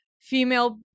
female